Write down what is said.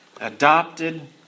adopted